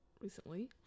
recently